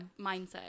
mindset